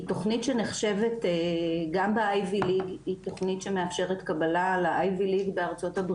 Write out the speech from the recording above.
היא תכנית שנחשבת גם ב iv leag היא תכנית שמאפשרת קבלה ל iv leagבארה"ב,